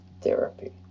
therapy